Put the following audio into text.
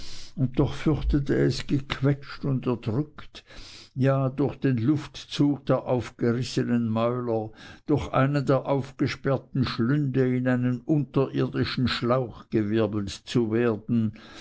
und doch fürchtete es gequetscht und erdrückt ja durch den luftzug der aufgerissenen mäuler durch einen der aufgesperrten schlünde in einen unterirdischen schlauch gewirbelt zu werden